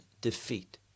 defeat